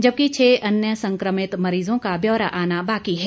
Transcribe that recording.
जबकि छः अन्य संक्रमित मरीजों का व्योरा आना बाकि है